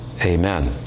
Amen